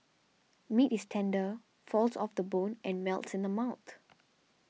meat is tender falls off the bone and melts in the mouth